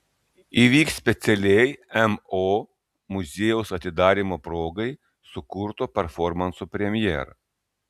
įvyks specialiai mo muziejaus atidarymo progai sukurto performanso premjera